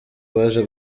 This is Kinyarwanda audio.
baje